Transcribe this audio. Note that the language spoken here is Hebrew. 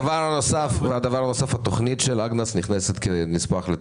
התוכנית של אגנס נכנסת כנספח?